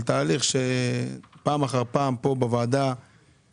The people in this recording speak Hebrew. פעם אחר פעם היינו